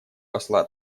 посла